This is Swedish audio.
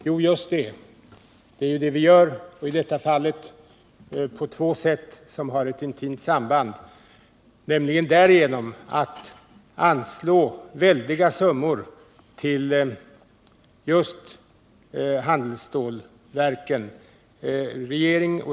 Jo, det är just det vi gör, nämligen genom att anslå väldiga summor just till handelsstålverken.